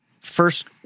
first